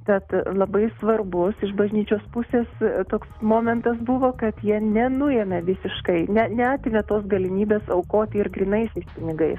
tad labai svarbus iš bažnyčios pusės toks momentas buvo kad jie nenuėmė visiškai ne neatėmė tos galimybes aukoti ir grynais pinigais